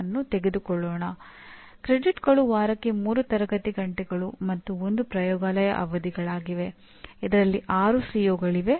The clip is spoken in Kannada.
ಉದಾಹರಣೆಗೆ ಒಂದು ಸಂಸ್ಥೆ ಎನ್ಬಿಎ ನಿಗದಿಪಡಿಸಿದ ಮಾನದಂಡಗಳಿಗಿಂತ ಉತ್ತಮವಾಗಿ ಕಾರ್ಯನಿರ್ವಹಿಸುತ್ತಿರಬಹುದು